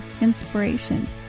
inspiration